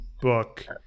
book